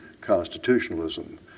constitutionalism